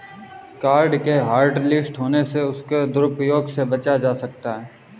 card के hotlist होने से उसके दुरूप्रयोग से बचा जा सकता है